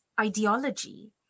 ideology